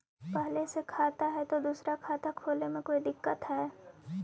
पहले से खाता है तो दूसरा खाता खोले में कोई दिक्कत है?